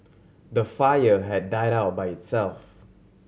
the fire had died out by itself